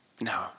No